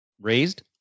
raised